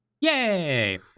Yay